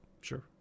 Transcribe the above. Sure